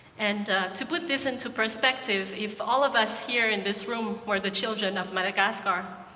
and to put this into perspective, if all of us here in this room where the children of madagascar,